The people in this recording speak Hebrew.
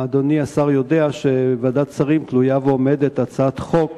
אדוני השר יודע שבוועדת שרים תלויה ועומדת הצעת חוק